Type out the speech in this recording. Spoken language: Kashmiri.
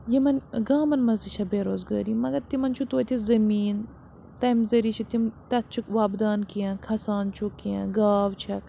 یِمَن گامَن منٛز تہِ چھےٚ بے روزگٲری مگر تِمَن چھُ توتہِ زٔمیٖن تَمہِ ذٔریعہٕ چھِ تِم تَتھ چھِکھ وۄپدان کینٛہہ کھَسان چھُکھ کینٛہہ گاو چھَکھ